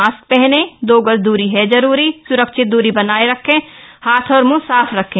mask पहनें दो गज दूरी है जरूरी सुरक्षित दूरी बनाए रखें हाथ और मुंह साफ रखें